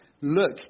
look